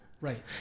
Right